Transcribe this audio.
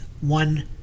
one